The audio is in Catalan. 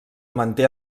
manté